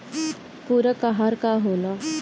पुरक अहार का होला?